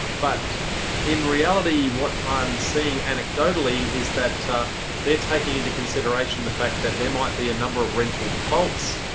but in reality, what i'm seeing anecdotally is that they're taking into consideration the fact that there might be a number of rental defaults.